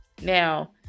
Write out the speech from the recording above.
now